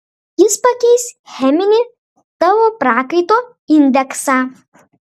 jis pakeis cheminį tavo prakaito indeksą